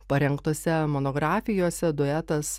parengtose monografijose duetas